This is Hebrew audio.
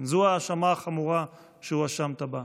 כן, זו ההאשמה החמורה שהואשמת בה.